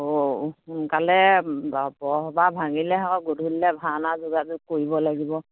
আকৌ সোনকালে বৰসবাহ ভাঙিলে গধূলিলে ভাওনা যোগাযোগ কৰিব লাগিব